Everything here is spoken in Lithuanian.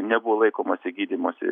nebuvo laikomasi gydymosi